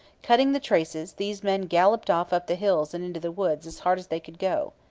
cutting the traces, these men galloped off up the hills and into the woods as hard as they could go.